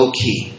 key